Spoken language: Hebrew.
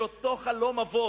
אל אותו חלום אבות,